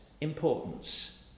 importance